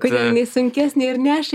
kad jinai sunkesnė ir neša